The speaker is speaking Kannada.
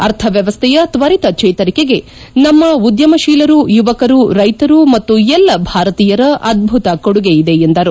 ಅರ್ಥ ವ್ಲವಸ್ಥೆಯ ತ್ತರಿತ ಚೇತರಿಕೆಗೆ ನಮ್ನ ಉದ್ಲಮತೀಲರು ಯುವಕರು ರೈತರು ಮತ್ತು ಎಲ್ಲ ಭಾರತೀಯರ ಅದ್ಲುತ ಕೊಡುಗೆಯಿದೆ ಎಂದರು